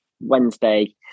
Wednesday